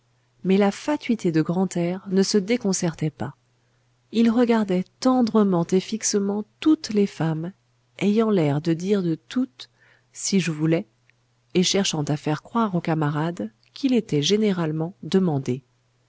mais la fatuité de grantaire ne se déconcertait pas il regardait tendrement et fixement toutes les femmes ayant l'air de dire de toutes si je voulais et cherchant à faire croire aux camarades qu'il était généralement demandé